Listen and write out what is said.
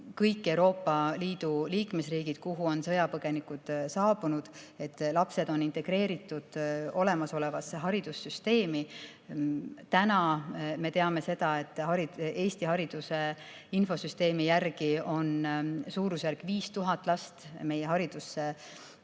kõik Euroopa Liidu liikmesriigid, kuhu on sõjapõgenikud saabunud: lapsed on integreeritud olemasolevasse haridussüsteemi. Täna me teame seda, et Eesti hariduse infosüsteemi andmetel on suurusjärgus 5000 last meie haridus[süsteemi]